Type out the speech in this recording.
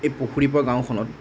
এই পুখুৰীপাৰ গাঁওখনত